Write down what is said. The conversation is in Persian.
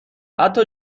حتی